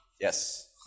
Yes